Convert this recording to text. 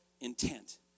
intent